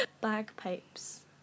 Bagpipes